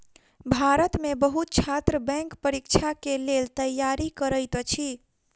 भारत में बहुत छात्र बैंक परीक्षा के लेल तैयारी करैत अछि